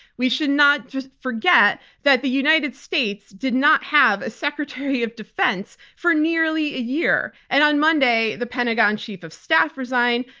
we should not just forget that the united states did not have a secretary of defense for nearly a year, and on monday, the pentagon chief of staff resigned,